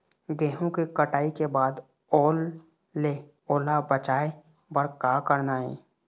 गेहूं के कटाई के बाद ओल ले ओला बचाए बर का करना ये?